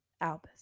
Albus